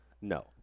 No